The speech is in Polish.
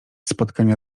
spotkania